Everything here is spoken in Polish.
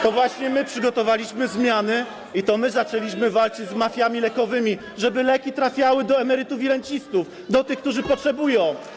To właśnie my przygotowaliśmy zmiany i to my zaczęliśmy walczyć z mafiami lekowymi, żeby leki trafiały do emerytów i rencistów, do tych, którzy ich potrzebują.